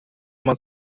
uma